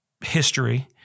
history